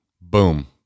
boom